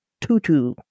Tutu